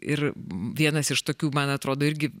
ir vienas iš tokių man atrodo irgi